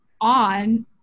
on